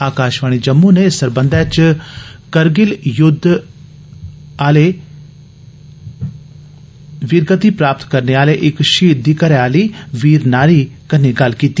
आकाशवाणी जम्मू नै इस सरबंधै च करगिल युद्ध च वीरगति प्राप्त करने आले इक शहीद दी वीरनारी कन्नै गल्ल कीती